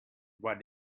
what